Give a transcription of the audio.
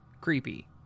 creepy